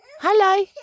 Hello